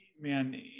Man